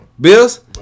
Bills